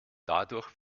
dadurch